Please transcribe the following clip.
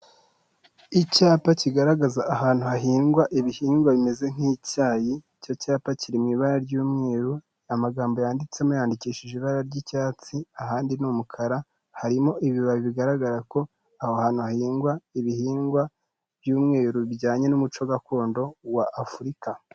Icyapa kigaragaza ahantu hahingwa ibihingwa bimeze nk'icyayi, icyo cyapa kiri mu ibara ry'umweru, amagambo yanditsemo yandikishije ibara ry'icyatsi, ahandi ni umukara, harimo ibibabi bigaragara ko aho hantu hahingwa ibihingwa by'umweru bijyanye n'umuco gakondo wa Afurika.